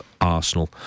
Arsenal